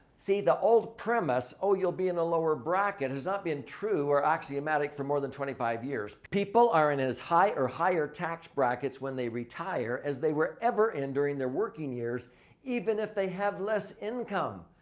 see, the old premise, oh, you'll be in a lower bracket has not been true or axiomatic for more than twenty five years. people are in as high or higher tax brackets when they retire as they were ever in during their working years even if they have less income.